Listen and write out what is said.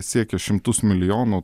siekia šimtus milijonų